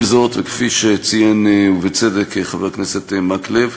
עם זאת, וכפי שציין, ובצדק, חבר הכנסת מקלב,